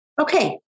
Okay